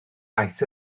iaith